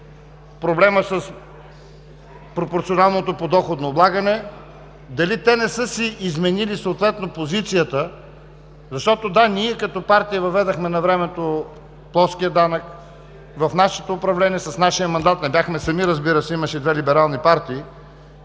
проблема с пропорционалното подоходно облагане, дали те не са си изменили съответно позицията, защото – да, ние като партия въведохме навремето плоския данък, в нашето управление с нашия мандат. Не бяхме сами, разбира се, имаше и две либерални партии.